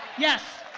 yes!